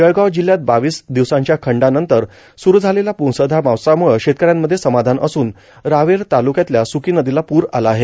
जळगाव जिल्ह्यात बावीस दिवसांच्या खंडानंतर सुरू झालेल्या मुसळधार पावसामुळं शेतकऱ्यांमध्ये समाधान असून रावेर तालुक्यातल्या सुकी नदीला पूर आला आहे